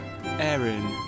Aaron